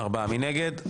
מי נגד?